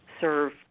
served